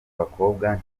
abakobwa